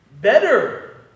better